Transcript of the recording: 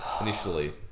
initially